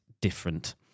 different